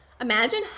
imagine